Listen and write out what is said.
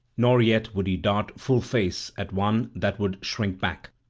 nor yet would he dart full face at one that would shrink back.